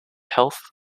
health